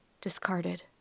Discarded